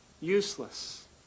useless